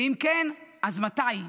ואם כן, אז מתי.